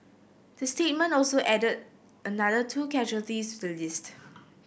the statement also added another two casualties to list